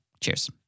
Cheers